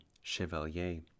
Chevalier